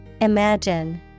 Imagine